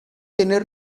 tener